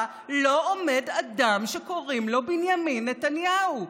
לא עומד אדם שקוראים לו בנימין נתניהו.